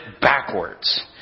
backwards